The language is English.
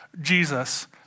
Jesus